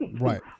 Right